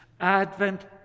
advent